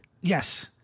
Yes